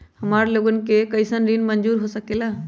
हमार लोगन के कइसन ऋण मंजूर हो सकेला?